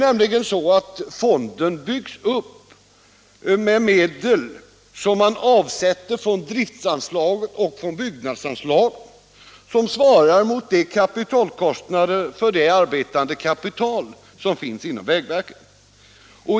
Fonden byggs nämligen upp av medel som man avsätter från driftsanslag och byggnadsanslag - som svarar mot kapitalkostnaderna för det arbetande kapital som finns inom vägverket.